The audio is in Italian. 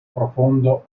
profondo